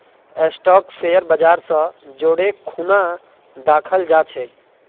stock share बाजर स जोरे खूना दखाल जा छेक